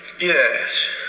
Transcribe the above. Yes